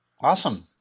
Awesome